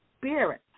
spirit